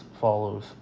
follows